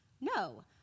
No